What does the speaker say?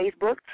Facebook